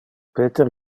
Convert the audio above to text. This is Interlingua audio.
peter